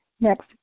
Next